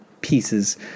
pieces